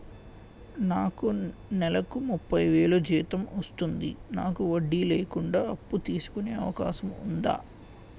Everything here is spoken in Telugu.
నాకు నేలకు ముప్పై వేలు జీతం వస్తుంది నాకు వడ్డీ లేకుండా అప్పు తీసుకునే అవకాశం ఉందా